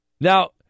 Now